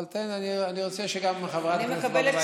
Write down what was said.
אבל תן לי, אני רוצה שגם חברת הכנסת ברביבאי